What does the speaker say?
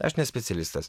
aš ne specialistas